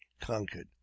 conquered